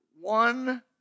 one